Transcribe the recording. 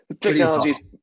technologies